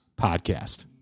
podcast